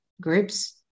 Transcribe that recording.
groups